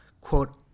quote